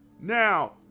Now